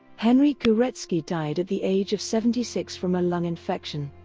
henryk gorecki died at the age of seventy six from a lung infection.